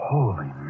Holy